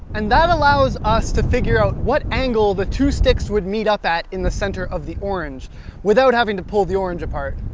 and that allows us to figure out what angle the two sticks would meet up at in the center of the orange without having to pull the orange apart.